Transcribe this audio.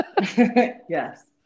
Yes